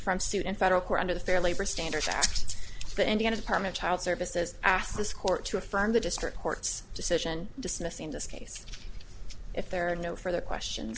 from suit in federal court under the fair labor standards act the indiana department child services asked this court to affirm the district court's decision dismissing this case if there are no further question